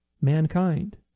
mankind